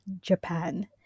Japan